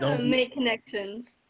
make connections.